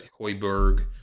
Hoiberg